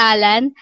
Alan